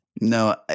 No